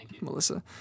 Melissa